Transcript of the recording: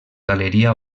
galeria